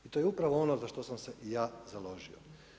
I to je upravo ono za što sam se i ja založio.